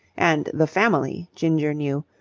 and the family, ginger knew,